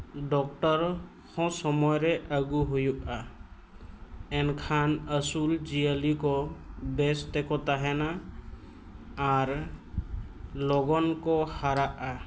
doctor ᱦᱚᱸ ᱥᱚᱢᱚᱭ ᱨᱮ ᱟᱹᱜᱩ ᱦᱩᱭᱩᱜᱼᱟ ᱮᱱᱠᱷᱟᱱ ᱟᱹᱥᱩᱞ ᱡᱤᱭᱟᱹᱞᱤ ᱠᱚ ᱵᱮᱥ ᱛᱮᱠᱚ ᱛᱟᱦᱮᱱᱟ ᱟᱨ ᱞᱚᱜᱚᱱ ᱠᱚ ᱦᱟᱨᱟᱜᱼᱟ